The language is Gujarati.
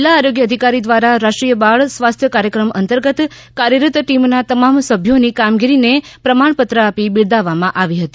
જીલ્લા આરોગ્ય અધિકારી દ્વારા રાષ્ટ્રીય બાળ સ્વાસ્થ્ય કાર્યક્રમ અંતર્ગત કાર્યરત ટીમના તમામ સભ્યોની કામગીરીને પ્રમાણપત્ર આપી બિરદાવવામાં આવી હતી